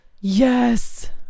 Yes